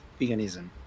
veganism